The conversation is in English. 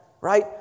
Right